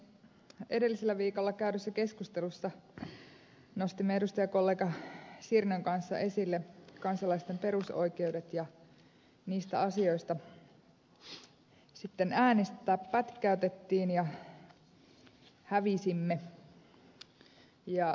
edellisellä viikolla käydyssä keskustelussa nostimme edustajakollega sirnön kanssa esille kansalaisten perusoikeudet ja niistä asioista sitten äänestää pätkäytettiin ja hävisimme